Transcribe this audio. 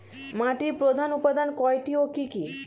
মাটির প্রধান উপাদান কয়টি ও কি কি?